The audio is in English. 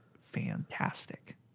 fantastic